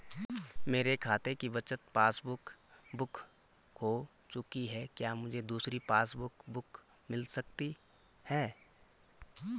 मेरे खाते की बचत पासबुक बुक खो चुकी है क्या मुझे दूसरी पासबुक बुक मिल सकती है?